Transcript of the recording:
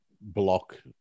block